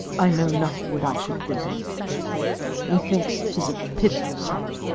i know not what i should think of it methinks tis a pitiful sight.